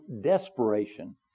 Desperation